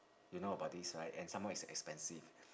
you know about this right and somemore it's expensive